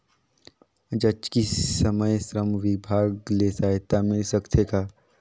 जचकी समय श्रम विभाग ले सहायता मिल सकथे का?